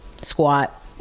squat